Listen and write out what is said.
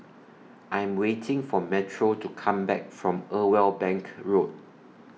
I'm waiting For Metro to Come Back from Irwell Bank Road